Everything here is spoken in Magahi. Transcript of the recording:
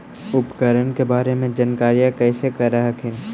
उपकरण के बारे जानकारीया कैसे कर हखिन?